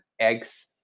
eggs